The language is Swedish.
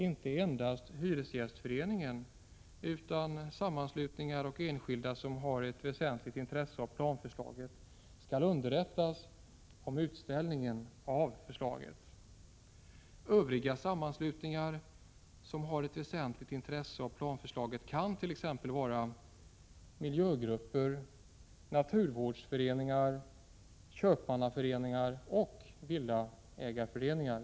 Inte endast hyresgästföreningen utan även sammanslutningar och enskilda som har ett väsentligt intresse av planförslaget skall underrättas om utställningen av planförslaget. Övriga sammanslutningar som har ett väsentligt intresse av planförslaget kan t.ex. vara miljögrupper, naturvårdsföreningar, köpmannaföreningar och villaägarföreningar.